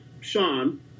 Sean